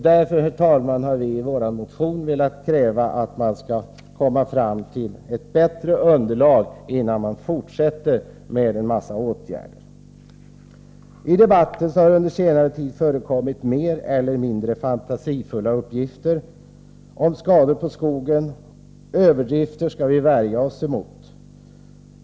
Därför, herr talman, har vi i vår motion velat kräva att man skall komma fram till ett bättre underlag innan man fortsätter med en massa åtgärder. I debatten har under senare tid förekommit mer eller mindre fantasifulla uppgifter om skador på skogen. Överdrifter skall vi värja oss mot.